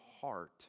heart